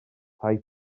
tai